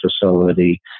facility